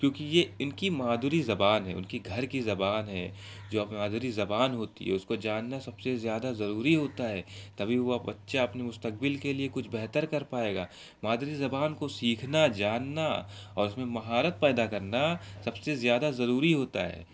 کیونکہ یہ ان کی مادری زبان ہے ان کی گھر کی زبان ہے جو آپ مادری زبان ہوتی ہے اس کو جاننا سب سے زیادہ ضروری ہوتا ہے تبھی وہ بچہ اپنے مستقبل کے لیے کچھ بہتر کر پائے گا مادری زبان کو سیکھنا جاننا اور اس میں مہارت پیدا کرنا سب سے زیادہ ضروری ہوتا ہے